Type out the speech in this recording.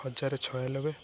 ହଜାରେ ଛୟାନବେ